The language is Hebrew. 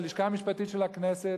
הלשכה המשפטית של הכנסת,